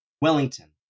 Wellington